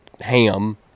ham